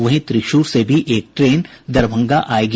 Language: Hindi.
वहीं त्रिशुर से भी एक ट्रेन दरभंगा पहुंचेगी